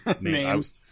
Names